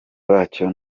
bacyo